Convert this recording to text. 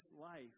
life